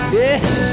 yes